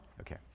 Okay